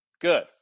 Good